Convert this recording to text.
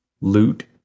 loot